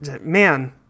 Man